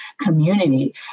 community